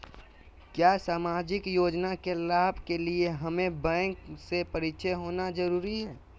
क्या सामाजिक योजना के लाभ के लिए हमें बैंक से परिचय होना जरूरी है?